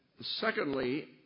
secondly